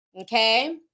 Okay